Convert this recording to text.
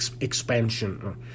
expansion